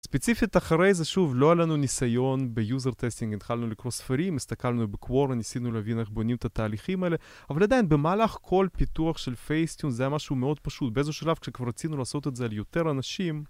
ספציפית אחרי זה שוב, לא היה לנו ניסיון ביוזר טסטינג, התחלנו לקרוא ספרים, הסתכלנו בקוורן, ניסינו להבין איך בונים את התהליכים האלה אבל עדיין במהלך כל פיתוח של FaceTune זה היה משהו מאוד פשוט, באיזשהו שלב כשכבר רצינו לעשות את זה על יותר אנשים